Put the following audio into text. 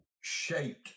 shaped